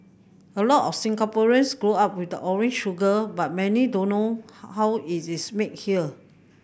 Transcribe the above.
a lot of Singaporeans grow up with the orange sugar but many don't know how is this made here